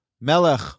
melech